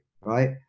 right